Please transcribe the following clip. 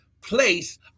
place